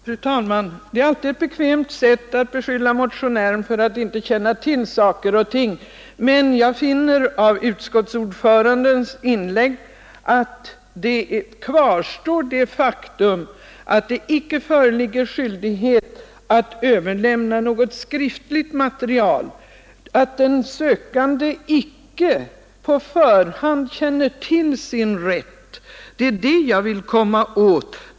Fru talman! Det är alltid ett bekvämt sätt att beskylla en motionär för att inte känna till saker och ting, men jag finner efter utskottsordförandens inlägg att det faktum kvarstår, att det icke föreligger skyldighet att överlämna något skriftligt material till den sökande. Att den sökande icke på förhand känner till sin rätt — det är det jag vill komma åt.